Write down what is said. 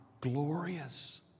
glorious